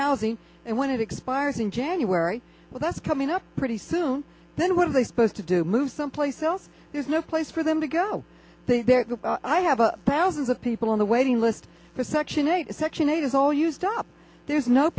housing and when it expires in january well that's coming up pretty soon then what are they supposed to do move someplace else there's no place for them to go there i have a thousands of people on the waiting list for section eight section eight is all used up there's no